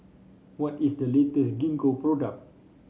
what is the latest Gingko product